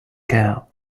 care